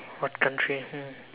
what country hmm